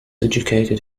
educated